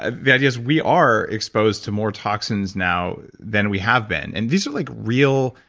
ah the idea is we are exposed to more toxins now than we have been, and these are like real,